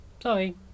Sorry